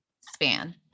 span